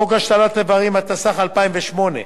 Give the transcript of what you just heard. חוק השתלת אברים, התשס"ח 2008,